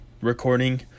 recording